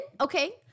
Okay